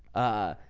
ah,